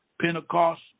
Pentecost